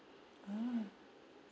oh